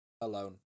alone